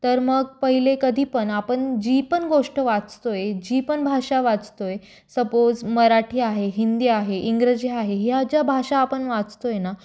तर मग पहिले कधीपण आपण जी पण गोष्ट वाचतो आहे जी पण भाषा वाचतो आहे सपोज मराठी आहे हिंदी आहे इंग्रजी आहे ह्या ज्या भाषा आपण वाचतो आहे ना